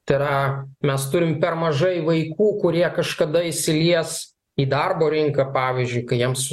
tai yra mes turim per mažai vaikų kurie kažkada įsilies į darbo rinką pavyzdžiui kai jiems